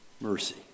mercy